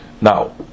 Now